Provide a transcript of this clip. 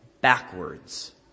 backwards